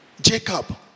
Jacob